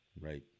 Right